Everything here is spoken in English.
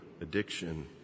addiction